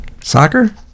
Soccer